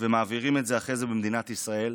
ומעבירים את זה אחרי זה במדינת ישראל.